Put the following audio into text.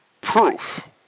proof